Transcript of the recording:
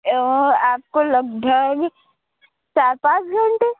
اور آپ کو لگ بھگ چار پانچ گھنٹے